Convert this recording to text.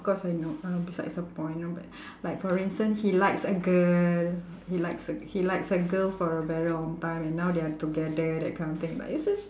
course I know uh besides the point like like for instance he likes a girl he likes a he likes a girl for a very long time and now they're together that kind of thing like it's just